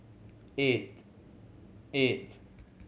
eight eight